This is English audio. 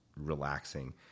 relaxing